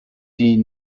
die